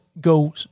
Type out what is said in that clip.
go